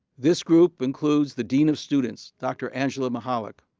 this group includes the dean of students dr. angela mihalic.